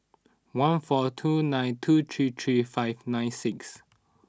one four two nine two three three five nine six